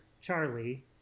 Charlie